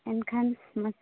ᱮᱱᱠᱷᱟᱱ